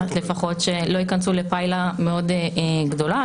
לפחות שלא יכנסו לפיילה מאוד גדולה,